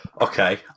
Okay